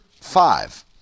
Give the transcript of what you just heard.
five